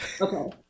okay